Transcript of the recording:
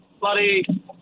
bloody